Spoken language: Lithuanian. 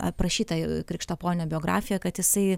aprašyta krikštaponio biografija kad jisai